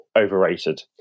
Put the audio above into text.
overrated